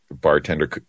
bartender